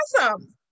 awesome